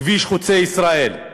כביש חוצה-ישראל,